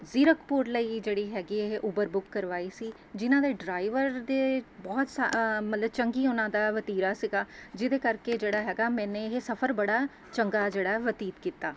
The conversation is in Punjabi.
ਜ਼ੀਰਕਪੁਰ ਲਈ ਜਿਹੜੀ ਹੈਗੀ ਇਹ ਉਬਰ ਬੁੱਕ ਕਰਵਾਈ ਸੀ ਜਿਨ੍ਹਾਂ ਦੇ ਡਰਾਈਵਰ ਦੇ ਬਹੁਤ ਸਾ ਮਤਲਬ ਚੰਗੀ ਉਹਨਾਂ ਦਾ ਵਤੀਰਾ ਸੀਗਾ ਜਿਹਦੇ ਕਰਕੇ ਜਿਹੜਾ ਹੈਗਾ ਮੈਨੇ ਇਹ ਸਫ਼ਰ ਬੜਾ ਚੰਗਾ ਜਿਹੜਾ ਬਤੀਤ ਕੀਤਾ